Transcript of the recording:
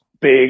big –